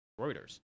reuters